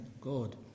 God